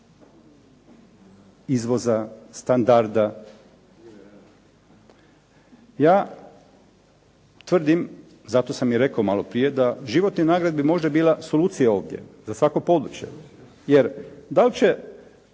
izvoza, standarda. Ja tvrdim, zato sam i rekao maloprije, da životna nagrada bi možda bila solucija ovdje za svako područje. Jer dal će